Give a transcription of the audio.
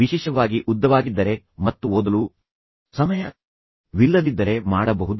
ವಿಶೇಷವಾಗಿ ಉದ್ದವಾಗಿದ್ದರೆ ಮತ್ತು ಓದಲು ಸಮಯವಿಲ್ಲದಿದ್ದರೆ ಮಾಡಬಹುದು